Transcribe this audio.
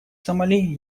сомали